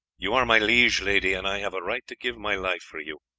you are my liege lady, and i have a right to give my life for you,